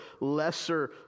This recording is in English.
lesser